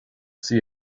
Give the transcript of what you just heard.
see